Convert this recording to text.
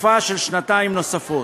לתקופה של שנתיים נוספות.